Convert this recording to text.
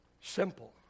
Simple